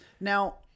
Now